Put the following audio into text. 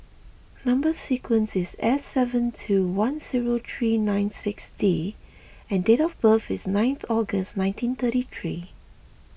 Number Sequence is S seven two one zero three nine six D and date of birth is ninth August nineteen thirty three